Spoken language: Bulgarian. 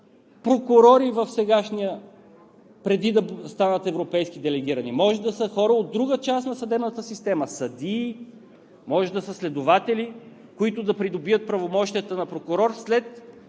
прокурори сега, преди да станат европейски делегирани прокурори. Може да са хора от друга част на съдебната система – съдии, може да са следователи, които да придобият правомощията на прокурор след